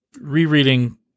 rereading